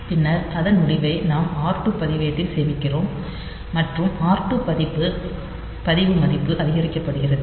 பின்னர் அதன் முடிவை நாம் r 2 பதிவேட்டில் சேமிக்கிறோம் மற்றும் r 2 பதிவு மதிப்பு அதிகரிக்கப்படுகிறது